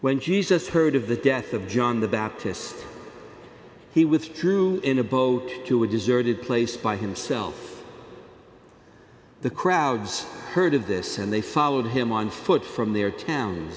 when jesus heard of the death of john the baptist he withdrew in a boat to a deserted place by himself the crowds heard of this and they swallowed him on foot from their town